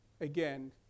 Again